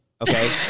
okay